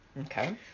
Okay